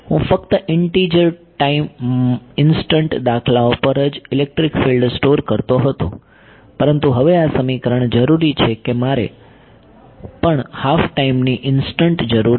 હું ફક્ત integer time instances દાખલાઓ પર જ ઇલેક્ટ્રિક ફિલ્ડ સ્ટોર કરતો હતો પરંતુ હવે આ સમીકરણ જરૂરી છે કે મારે પણ હાફ ટાઈમની ઇન્સ્ટંટ જરૂર છે